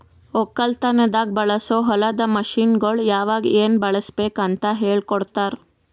ಒಕ್ಕಲತನದಾಗ್ ಬಳಸೋ ಹೊಲದ ಮಷೀನ್ಗೊಳ್ ಯಾವಾಗ್ ಏನ್ ಬಳುಸಬೇಕ್ ಅಂತ್ ಹೇಳ್ಕೋಡ್ತಾರ್